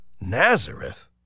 Nazareth